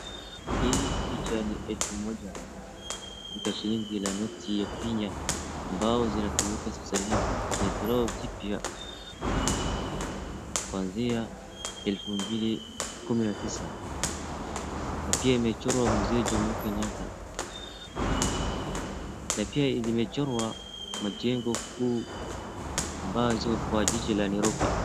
Hii picha ni elfu moja, ni shilingi ya noti ya Kenya ambao zinatumika sasa hivi imetolewa kipya kuanzia elfu mbili kumi na tisa na pia imechorwa Mzee Jomo Kenyatta na pia imechorwa mjengo kuu ambao ziko Kwa jiji Nairobi.